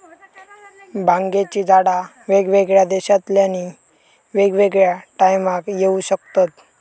भांगेची झाडा वेगवेगळ्या देशांतल्यानी वेगवेगळ्या टायमाक येऊ शकतत